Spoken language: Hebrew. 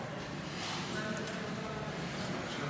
ככה שמענו.